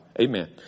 Amen